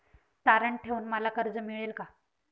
तारण ठेवून मला कर्ज मिळेल का?